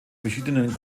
verschiedenen